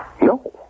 No